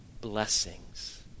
blessings